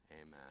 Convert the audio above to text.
Amen